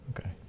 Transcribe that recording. Okay